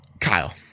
Kyle